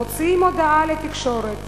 מוציאים הודעה לתקשורת